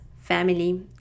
family